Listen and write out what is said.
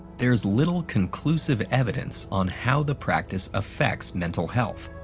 there's little conclusive evidence on how the practice affects mental health.